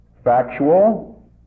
Factual